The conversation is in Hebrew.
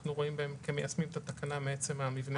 אנחנו רואים בהם כמיישמים את התקנה מעצם המבנה.